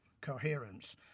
coherence